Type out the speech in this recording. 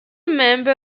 member